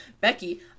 Becky